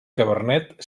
cabernet